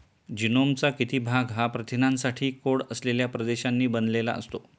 जीनोमचा किती भाग हा प्रथिनांसाठी कोड असलेल्या प्रदेशांनी बनलेला असतो?